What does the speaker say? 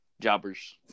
jobbers